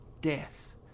death